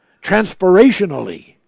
transpirationally